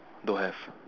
don't have